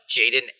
Jaden